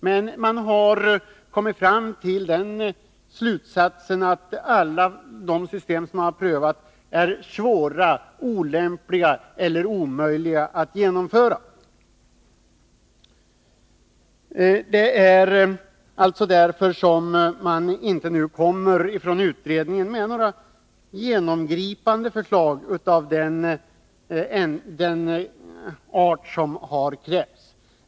Men man har kommit fram till den slutsatsen att alla de system som man har prövat är svåra, olämpliga eller omöjliga att genomföra. Det är alltså därför som utredningen inte har kommit med några genomgripande förslag av den art som har krävts.